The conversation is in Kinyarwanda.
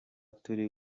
turi